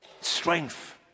Strength